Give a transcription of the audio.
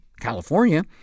California